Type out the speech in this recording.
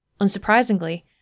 Unsurprisingly